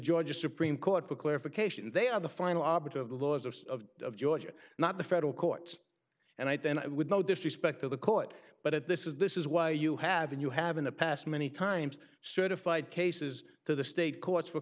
georgia supreme court for clarification they are the final arbiter of the laws of of of georgia not the federal courts and i think with no disrespect to the court but it this is this is why you have and you have in the past many times certified cases to the state courts for